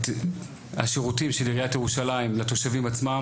השירותים של עיריית ירושלים לתושבים עצמם,